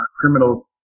criminals